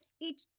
each-